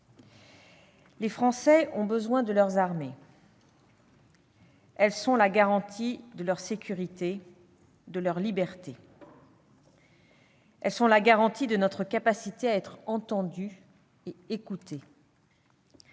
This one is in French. Les Français ont besoin de leurs armées. Elles sont la garantie de leur sécurité, de leur liberté. Elles sont la garantie de notre capacité à être entendus et écoutés.